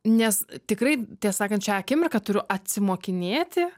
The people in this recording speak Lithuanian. nes tikrai tiesa sakant šią akimirką turiu atsimokinėti